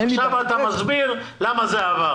עכשיו אתה מסביר למה זה עבר.